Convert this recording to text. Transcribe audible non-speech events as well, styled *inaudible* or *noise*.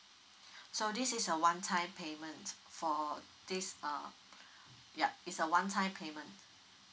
*breath* so this is a one time payment for this uh yup it's a one time payment